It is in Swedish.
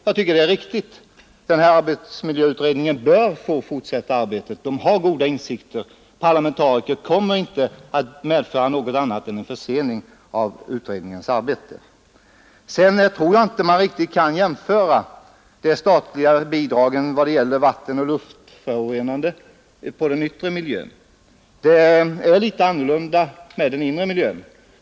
Jag tycker att detta är riktigt. Arbetsmiljöutredningen bör få fortsätta arbetet eftersom den har goda insikter. En utvidgning av utredningen med parlamentariker kommer inte att medföra något annat än en försening av utredningens arbete. Sedan tror jag inte att man riktigt kan jämföra med de statliga bidragen vad gäller vattenoch luftföroreningar. Det är litet annorlunda med den inre miljön.